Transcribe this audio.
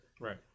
Right